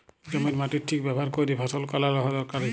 জমির মাটির ঠিক ব্যাভার ক্যইরে ফসল ফলাল দরকারি